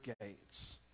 gates